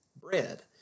bread